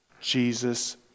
Jesus